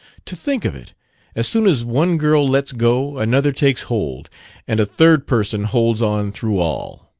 to think of it as soon as one girl lets go another takes hold and a third person holds on through all!